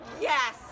yes